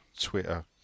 Twitter